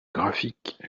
graphique